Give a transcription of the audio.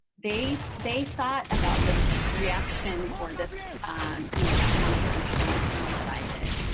they so they thought about this reaction or this um you know economic principle in the same way that i did.